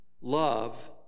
Love